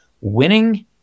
winning